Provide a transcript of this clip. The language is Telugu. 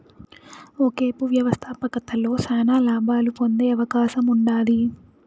ఒకేపు వ్యవస్థాపకతలో శానా లాబాలు పొందే అవకాశముండాది